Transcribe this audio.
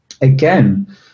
again